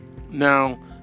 Now